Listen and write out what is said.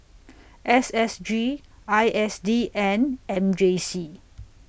S S G I S D and M J C